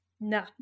no